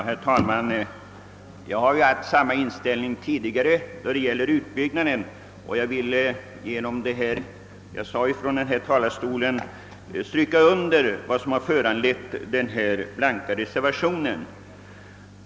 Herr talman! Då det gäller utbyggnaden har jag haft samma inställning tidigare. Jag ville med det jag tidigare sade från denna talarstol stryka under vad som föranlett min blanka reservation.